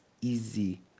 easy